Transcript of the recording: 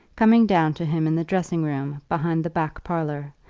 coming down to him in the dressing-room behind the back parlour,